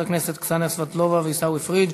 הכנסת קסניה סבטלובה וחבר הכנסת עיסאווי פריג':